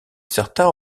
certains